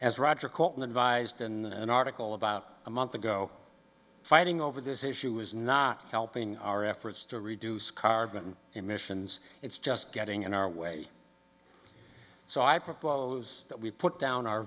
mine as roger cotton advised in an article about a month ago fighting over this issue is not helping our efforts to reduce carbon emissions it's just getting in our way so i propose that we put down our